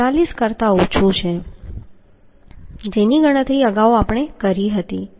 443 કરતા ઓછું છે જેની ગણતરી અગાઉ કરવામાં આવી હતી